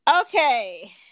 Okay